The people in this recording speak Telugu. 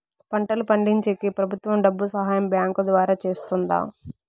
పంటలు పండించేకి ప్రభుత్వం డబ్బు సహాయం బ్యాంకు ద్వారా చేస్తుందా?